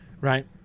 Right